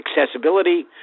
accessibility